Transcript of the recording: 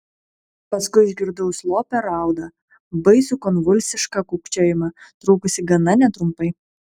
paskui išgirdau slopią raudą baisų konvulsišką kūkčiojimą trukusį gana netrumpai